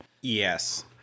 yes